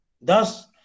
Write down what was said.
Thus